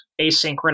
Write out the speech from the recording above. asynchronous